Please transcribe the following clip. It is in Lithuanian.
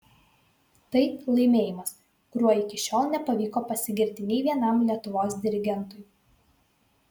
tai laimėjimas kuriuo iki šiol nepavyko pasigirti nei vienam lietuvos dirigentui